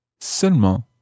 seulement